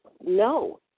no